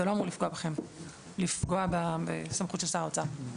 זה לא אמור לפגוע בכם, לפגוע בסמכות שר האוצר.